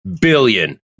billion